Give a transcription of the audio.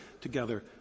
together